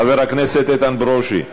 חבר הכנסת איתן ברושי,